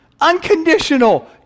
Unconditional